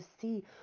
see